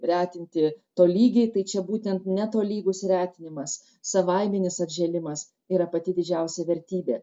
retinti tolygiai tai čia būtent netolygus retinimas savaiminis atžėlimas yra pati didžiausia vertybė